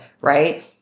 right